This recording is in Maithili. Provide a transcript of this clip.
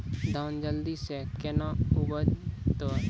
धान जल्दी से के ना उपज तो?